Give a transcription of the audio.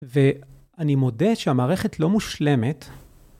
ואני מודה שהמערכת לא מושלמת.